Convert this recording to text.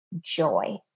joy